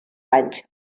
anys